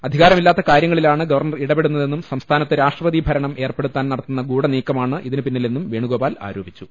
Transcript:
അധി കാരമില്ലാത്ത കാര്യങ്ങളിലാണ് ഗവർണർ ഇടപെടുന്നതെന്നും സംസ്ഥാനത്ത് രാഷ്ട്രപതി ഭരണം ഏർപ്പെടുത്താൻ നടത്തുന്ന ഗൂഢനീക്കമാണ് ഇതിന് പിന്നിലെന്നും വേണുഗോപാൽ ആരോ പിച്ചു